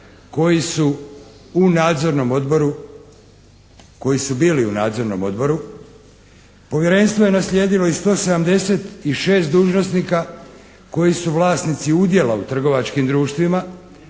koji su bili u nadzornom odboru. Povjerenstvo je naslijedilo i 176 dužnosnika koji su vlasnici udjela u trgovačkim društvima,